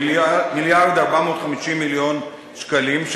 מיליארד ו-450 מיליון שקלים,